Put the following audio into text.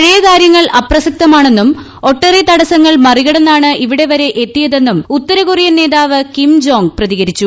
പഴയകാര്യങ്ങൾ അപ്രസക്തമാണെന്നും ഒട്ടേറെ തടസ്സങ്ങൾ മറികടന്നാണ് ഇവിടെവരെ എത്തിയതെന്നും ഉത്തരകൊറിയൻ നേതാവ് കിം ജോങ് പ്രതികരിച്ചു